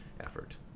effort